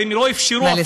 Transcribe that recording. נא לסיים,